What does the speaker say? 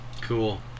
Cool